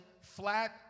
flat